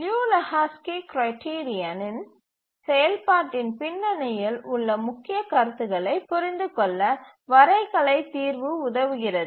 லியு Lehoczky Liu Lehoczky criterion கிரைட்டீரியனின் செயல்பாட்டின் பின்னணியில் உள்ள முக்கிய கருத்துகளைப் புரிந்துகொள்ள வரைகலை தீர்வு உதவுகிறது